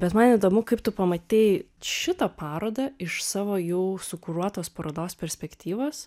bet man įdomu kaip tu pamatei šitą parodą iš savo jau sukuruotos parodos perspektyvos